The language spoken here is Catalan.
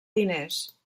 diners